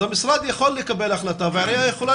אז המשרד יכול לקבל החלטה והעירייה יכולה